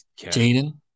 Jaden